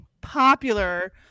popular